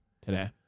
today